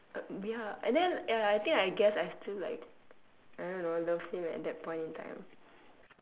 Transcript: uh ya and then ya I think I guess I still like I don't know loved him at that point in time